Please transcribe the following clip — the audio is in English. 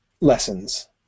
lessons